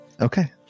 Okay